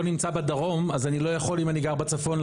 נמצא בדרום אז אני לא יכול אם אני גר בצפון,